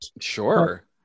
Sure